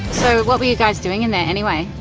what were you guys doing in there anyway?